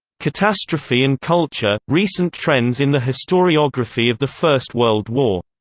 catastrophe and culture recent trends in the historiography of the first world war,